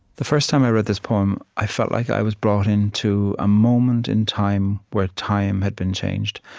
the first time i read this poem, i felt like i was brought into a moment in time where time had been changed.